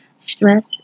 Stress